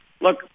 look